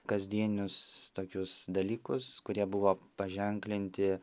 kasdienius tokius dalykus kurie buvo paženklinti